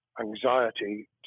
anxiety